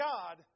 God